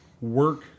work